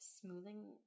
smoothing